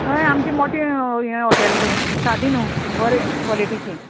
हय आमचे मोटे हे हॉटेल तें सादी न्हू बरें क्वॉलिटीचे